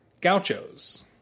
Gauchos